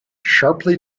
sharply